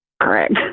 Correct